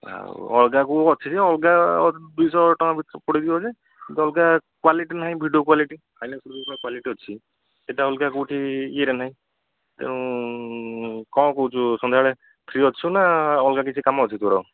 ଆଉ ଅଲଗା କେଉଁ ଅଛି ଯେ ଅଲଗା ଦୁଇ ଶହ ଟଙ୍କା ଭିତରେ ପଡ଼ିଯିବ ଯେ କିନ୍ତୁ ଅଲଗା କ୍ୱାଲିଟି ନାହିଁ ଭିଡ଼ିଓ କ୍ୱାଲିଟି ଆଇନକ୍ସର କ୍ୱାଲିଟି ଅଛି ସେଇଟା ଅଲଗା କେଉଁଠି ଇଏରେ ନାହିଁ ତେଣୁ କ'ଣ କହୁଛୁ ସନ୍ଧ୍ୟାବେଳେ ଫ୍ରି ଅଛୁନା ଅଲଗା କିଛି କାମ ଅଛି ତୋର